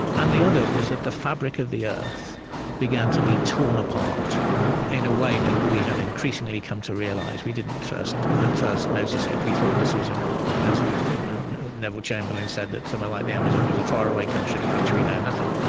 and the other was that the fabric of the earth began to be torn apart in a way that we have increasingly come to realize we didn't, at first, notice it we thought this was a as neville chamberlain said, that something so like, the amazon was a faraway country of which we know nothing,